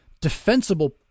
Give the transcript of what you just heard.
defensible